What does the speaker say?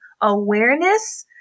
awareness